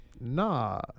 Nah